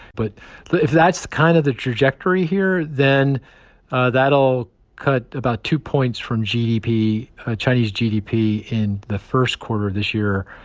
but if that's kind of the trajectory here, then that'll cut about two points from gdp chinese gdp in the first quarter of this year